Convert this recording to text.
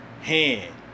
hand